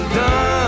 done